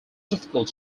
difficult